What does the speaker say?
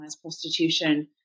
prostitution